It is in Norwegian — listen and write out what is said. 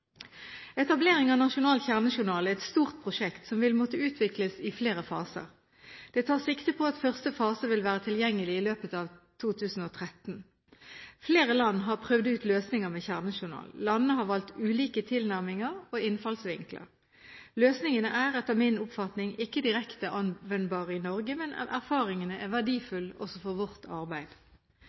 Etablering av nasjonal kjernejournal er et stort prosjekt som vil måtte utvikles i flere faser. Det tas sikte på at første fase vil være tilgjengelig i løpet av 2013. Flere land har prøvd ut løsninger med kjernejournal. Landene har valgt ulike tilnærminger og innfallsvinkler. Løsningene er, etter min oppfatning, ikke direkte anvendbare i Norge, men erfaringene er verdifulle også for vårt arbeid.